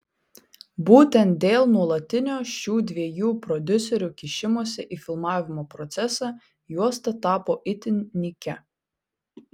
būtent dėl nuolatinio šių dviejų prodiuserių kišimosi į filmavimo procesą juosta tapo itin nykia